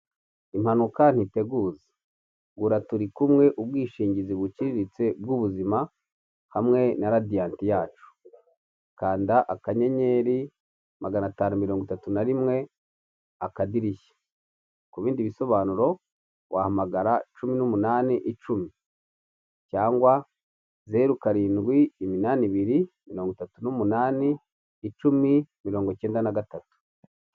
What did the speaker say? Impanuka ntiteguza, gura turi kumwe ubwishingizi buciriritse bw'ubuzima hamwe na radiyanti yacu, kanda akanyenyeri magana atanu mirongo itatu na rimwe akadirishya, ku bindi bisobanuro wahamagana, cumi n'umunani, icumi cyangwa zeru karindwi iminani ibiri mirongo itatu n'umunani, icumi, mirongo icyenda na gatatu.